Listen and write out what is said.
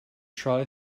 try